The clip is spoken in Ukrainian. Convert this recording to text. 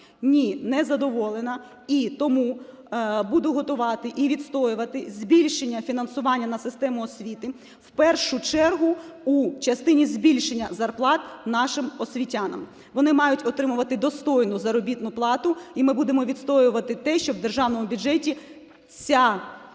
Ні, не задоволена. І тому буду готувати і відстоювати збільшення фінансування на систему освіти в першу чергу в частині збільшення зарплат нашим освітянам. Вони мають отримувати достойну заробітну плату, і ми будемо відстоювати те, щоб в державному бюджеті ця